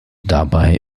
dabei